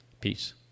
Peace